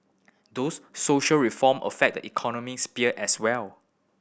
those social reform affect the economy sphere as well